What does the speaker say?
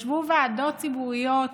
ישבו ועדות ציבוריות